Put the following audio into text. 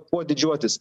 kuo didžiuotis